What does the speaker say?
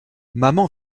maman